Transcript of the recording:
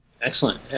Excellent